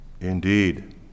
indeed